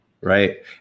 right